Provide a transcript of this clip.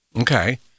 Okay